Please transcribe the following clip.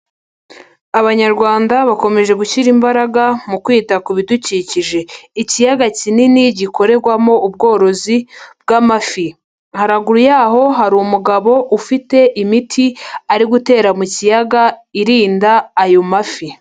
Abanyarwanda bakomeje gushyira imbaraga mu kwita ku bidukikije. Ikiyaga kinini gikorerwamo ubworozi bw'amafi. Haruguru yaho hari umugabo ufite imiti ari gutera mu kiyaga, irinda ayo mafi.